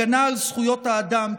הגנה על זכויות האדם,